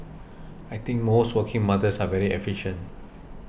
I think most working mothers are very efficient